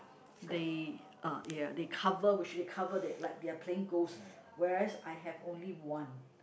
they uh ya they cover which they covered it like they are playing ghost whereas I have only one